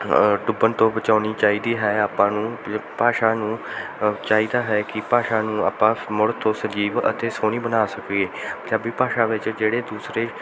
ਡੁੱਬਣ ਤੋਂ ਬਚਾਉਣੀ ਚਾਹੀਦੀ ਹੈ ਆਪਾਂ ਨੂੰ ਪ ਭਾਸ਼ਾ ਨੂੰ ਚਾਹੀਦਾ ਹੈ ਕਿ ਭਾਸ਼ਾ ਨੂੰ ਆਪਾਂ ਮੁੜ ਤੋਂ ਸਜੀਵ ਅਤੇ ਸੋਹਣੀ ਬਣਾ ਸਕੀਏ ਪੰਜਾਬੀ ਭਾਸ਼ਾ ਵਿੱਚ ਜਿਹੜੇ ਦੂਸਰੇ